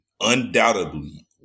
undoubtedly